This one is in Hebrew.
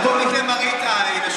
קודם כול, למראית עין.